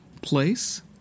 place